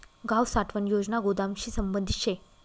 गाव साठवण योजना गोदामशी संबंधित शे